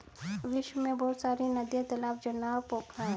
विश्व में बहुत सारी नदियां, तालाब, झरना और पोखरा है